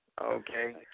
Okay